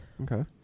okay